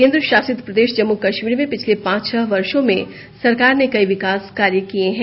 केन्द्र शासित प्रदेश जम्मू कश्मीर में पिछले पाँच छह वर्षो में सरकार ने कई विकास कार्य किए हैं